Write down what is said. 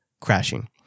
crashing